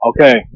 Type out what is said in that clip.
Okay